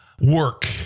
work